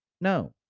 No